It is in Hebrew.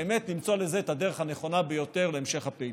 למצוא את הדרך הנכונה ביותר להמשך הפעילות.